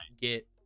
Get